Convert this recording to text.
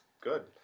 good